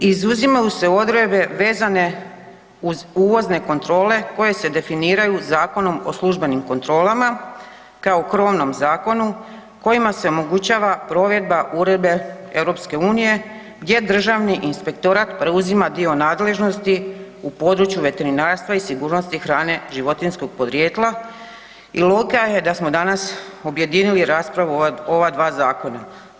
Izuzimaju se odredbe vezane uz uvozne kontrole koje se definiraju Zakonom o službenim kontrolama kao u krovnom zakonu kojima se omogućava provedba Uredbe EU gdje državni inspektorat preuzima dio nadležnosti u području veterinarstva i sigurnosti hrane životinjskog porijekla i logika je da smo danas objedinili raspravu o ova dva zakona.